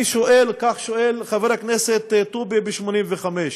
אני שואל, כך שואל חבר הכנסת טובי ב-1985,